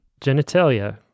genitalia